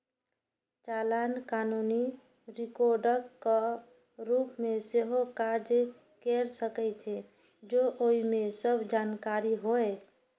चालान कानूनी रिकॉर्डक रूप मे सेहो काज कैर सकै छै, जौं ओइ मे सब जानकारी होय